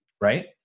right